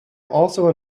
also